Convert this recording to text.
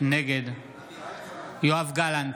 נגד יואב גלנט,